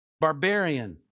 Barbarian